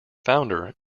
founder